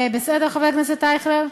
בסדר, חבר הכנסת אייכלר?